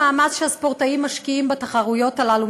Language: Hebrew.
המאמץ שהספורטאים משקיעים בתחרויות האלה,